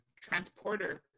transporter